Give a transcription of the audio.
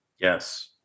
Yes